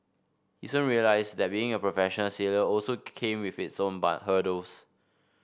he soon realised that being a professional sailor also came with its own hurdles